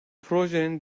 projenin